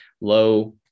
low